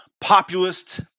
populist